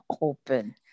open